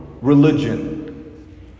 religion